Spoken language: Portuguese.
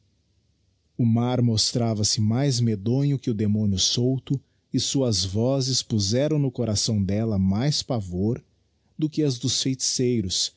o mar mostravase mais medonho que o demónio solto e suas vozes puzeram no coração delia mais pavor do que as dos feiticeiros